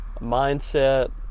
mindset